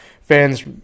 fans